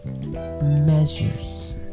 measures